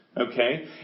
Okay